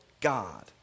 God